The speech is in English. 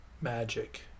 magic